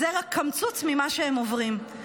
זה רק קמצוץ ממה שהם עוברים.